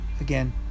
again